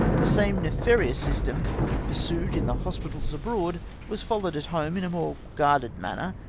the same nefarious system pursued in the hospitals abroad was followed at home in a more guarded manner,